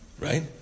Right